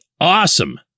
awesome